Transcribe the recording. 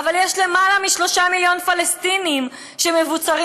אבל יש יותר מ-3 מיליון פלסטינים שמבוצרים